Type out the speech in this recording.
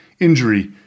injury